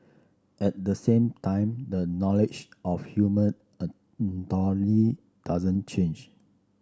at the same time the knowledge of human anatomy doesn't change